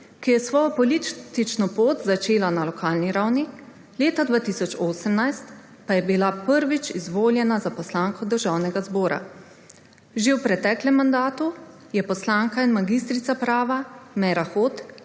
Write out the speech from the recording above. ki je svojo politično pot začela na lokalni ravni, leta 2018 pa je bila prvič izvoljena za poslanko Državnega zbora. Že v preteklem mandatu je poslanka in magistrica prava Meira Hot